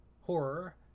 horror